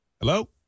Hello